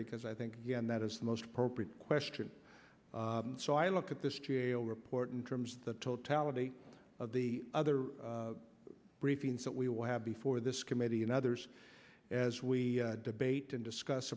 because i think that is the most appropriate question so i look at this g a o report in terms of the totality of the other briefings that we will have before this committee and others as we debate and discuss